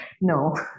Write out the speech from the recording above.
No